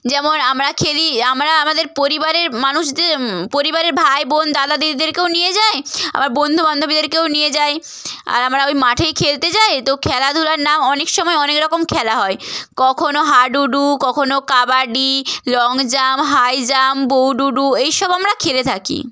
যেমন আমরা খেলি আমরা আমাদের পরিবারের মানুষদের পরিবারের ভাই বোন দাদা দিদিদেরকেও নিয়ে যাই আবার বন্ধু বান্ধবীদেরকেও নিয়ে যাই আর আমরা ওই মাঠেই খেলতে যাই তো খেলাধূলা না অনেকসময় অনেকরকম খেলা হয় কখনও হাডুডু কখনও kabaddi long jump high jump বউ ডুডু এইসব আমরা খেলে থাকি